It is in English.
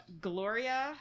Gloria